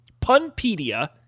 punpedia